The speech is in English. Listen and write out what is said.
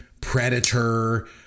Predator